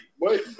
wait